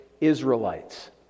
Israelites